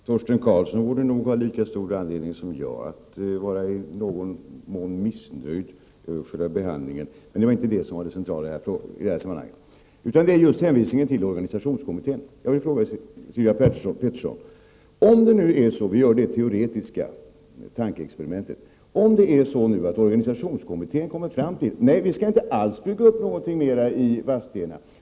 Herr talman! Torsten Karlsson borde nog ha lika stor anledning som jag att vara i någon mån missnöjd över själva motionsbehandlingen. Men det är inte det centrala i detta sammanhang, utan det är hänvisningen till organisationskommittén. Jag vill fråga Sylvia Pettersson: Vad säger Sylvia Pettersson om organisationskommittén kommer fram till — vi gör det teoretiska tankeexperimentet — att vi inte alls skall bygga upp någonting i Vadstena?